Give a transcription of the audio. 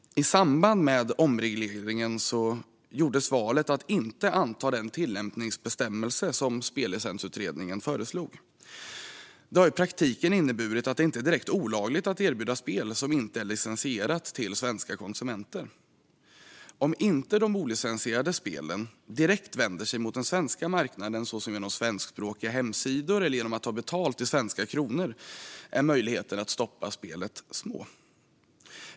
I samband med omregleringen gjordes valet att inte anta den tillämpningsbestämmelse som Spellicensutredningen föreslog. Detta har i praktiken inneburit att det inte är direkt olagligt att erbjuda spel som inte är licensierat till svenska konsumenter. Om inte de olicensierade spelen direkt vänder sig mot den svenska marknaden, genom svenskspråkiga hemsidor eller genom att ta betalt i svenska kronor, är möjligheterna att stoppa spelet små.